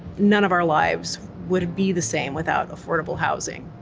none of our lives would be the same without affordable housing.